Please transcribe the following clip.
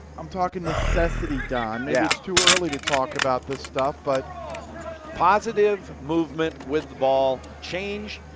i'm talking necessity, donn. yeah it's too early to talk about this stuff but positive movement with the ball. change